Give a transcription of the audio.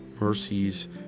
mercies